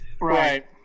Right